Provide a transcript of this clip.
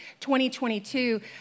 2022